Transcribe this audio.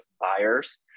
buyers